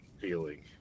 feeling